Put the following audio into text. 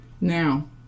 now